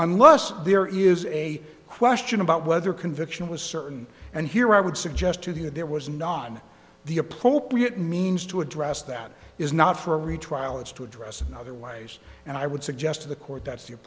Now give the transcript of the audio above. unless there is a question about whether conviction was certain and here i would suggest to the that there was not the appropriate means to address that is not for a retrial it's to address otherwise and i would suggest to the court that's your